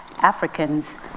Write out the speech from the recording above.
Africans